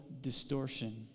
distortion